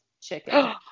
chicken